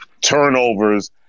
turnovers